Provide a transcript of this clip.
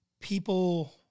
people